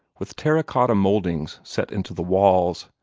with terra-cotta mouldings set into the walls,